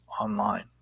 online